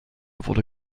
wurde